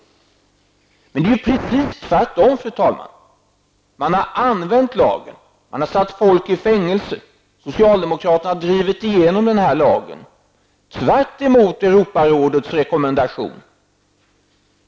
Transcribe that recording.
Det är ju precis tvärtom, fru talman. Socialdemokraterna drev igenom den här lagen, man har använt den och satt folk i fängelse, tvärtemot Europarådets rekommendation!